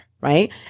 Right